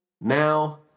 Now